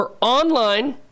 online